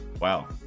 wow